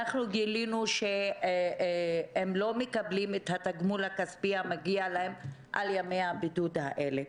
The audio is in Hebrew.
גילינו שהם לא מקבלים את התגמול הכספי המגיע להם על ימי הבידוד האלה.